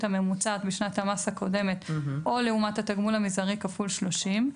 הממוצעת בשנת המס הקודמת או לעומת התגמול המזערי כפול שלושים,